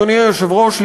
אדוני היושב-ראש,